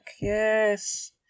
Yes